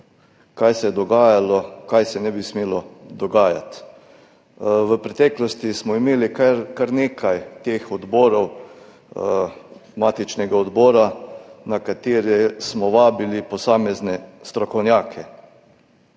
kaj se je dogajalo, kaj se ne bi smelo dogajati. V preteklosti smo imeli kar nekaj teh odborov, matičnega odbora, na katere smo vabili posamezne strokovnjake.